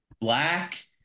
black